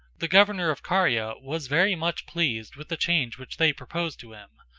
the governor of caria was very much pleased with the change which they proposed to him.